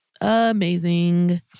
Amazing